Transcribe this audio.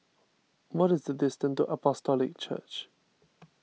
what is the distance to Apostolic Church